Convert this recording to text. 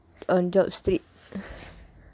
on job street